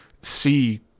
see